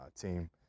team